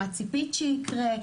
מה ציפית שיקרה,